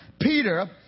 Peter